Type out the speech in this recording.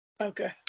Okay